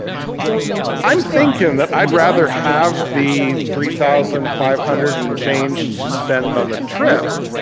i'm thinking that i'd rather have the three thousand five hundred and and change to spend on the trip